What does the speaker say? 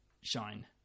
shine